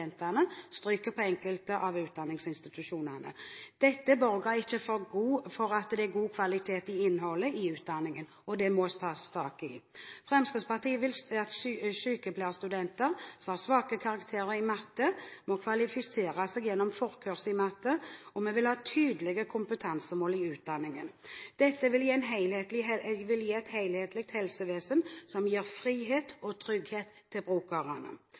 av studentene ved enkelte av utdanningsinstitusjonene stryker. Dette borger ikke for at det er god kvalitet på innholdet i utdanningen, og det må det tas tak i. Fremskrittspartiet vil at sykepleierstudenter som har svake karakterer i matematikk, må kvalifisere seg gjennom forkurset i matematikk, og vi vil ha tydelige kompetansemål i utdanningen. Dette vil gi et helhetlig helsevesen som gir frihet og trygghet til brukerne.